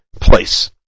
place